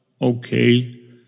okay